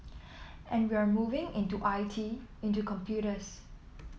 and we're moving into I T into computers